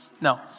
No